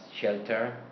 shelter